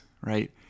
right